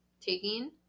taking